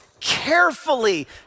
carefully